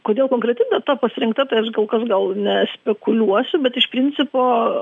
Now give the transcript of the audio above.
kodėl konkreti data pasirinkta tai aš kol kas gal nespekuliuosiu bet iš principo